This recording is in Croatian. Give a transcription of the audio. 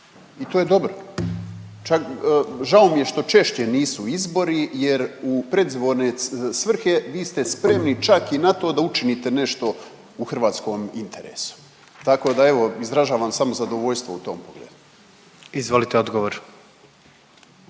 I to je dobro. Čak, žao mi je što češće nisu izbori jer u predizborne svrhe vi ste spremni čak i na to da učinite nešto u hrvatskom interesu. Tako da evo, izražavam samo zadovoljstvo u tom pogledu. **Jandroković,